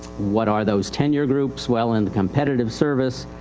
what are those tenure groups? well, in competitive service,